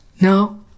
No